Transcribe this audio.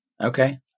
Okay